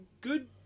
good